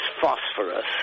phosphorus